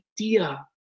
idea